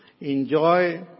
Enjoy